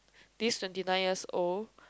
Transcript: this twenty nine years old